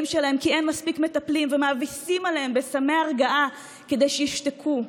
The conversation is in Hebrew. שלהם כי אין מספיק מטפלים ומאביסים אותם בסמי הרגעה כדי שישתקו.